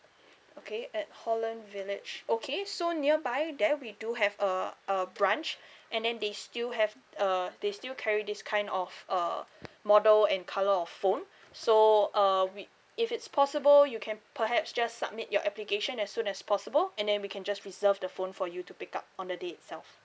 okay at holland village okay so nearby there we do have a a branch and then they still have uh they still carry this kind of uh model and colour of phone so uh we if it's possible you can perhaps just submit your application as soon as possible and then we can just reserve the phone for you to pick up on the day itself